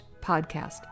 podcast